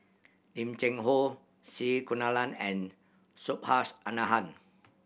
Lim Cheng Hoe C Kunalan and Subhas Anandan